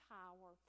power